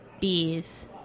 bees